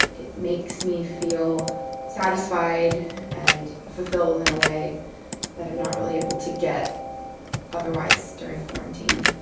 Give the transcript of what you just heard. it makes me feel satisfied and fulfilled in a way that i'm not really able to get otherwise during quarantine